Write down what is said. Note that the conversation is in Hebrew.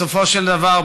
בסופו של דבר,